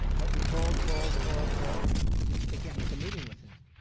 but we called, called, called, called they can't make a meeting with him.